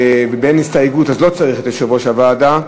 ובאין הסתייגות לא צריך את יושב-ראש הוועדה,